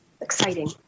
exciting